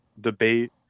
debate